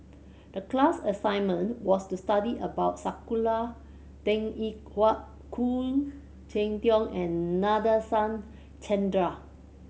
the class assignment was to study about Sakura Teng Ying Hua Khoo Cheng Tiong and Nadasen Chandra